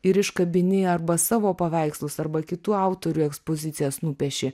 ir iškabini arba savo paveikslus arba kitų autorių ekspozicijas nupieši